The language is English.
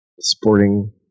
sporting